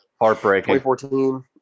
Heartbreaking